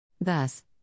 Thus